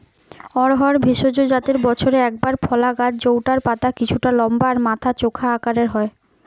অড়হর ভেষজ জাতের বছরে একবার ফলা গাছ জউটার পাতা কিছুটা লম্বা আর মাথা চোখা আকারের হয়